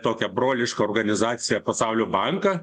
tokią brolišką organizaciją pasaulio banką